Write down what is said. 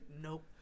Nope